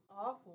Awful